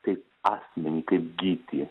kaip asmenį kaip gytį